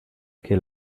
que